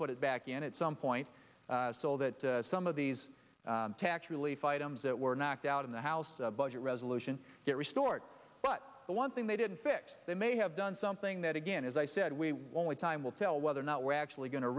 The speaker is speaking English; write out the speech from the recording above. put it back in it some point so that some of these tax relief items that were knocked out in the house budget resolution get restored but the one thing they didn't fix they may have done something that again as i said we want time will tell whether or not we're actually going to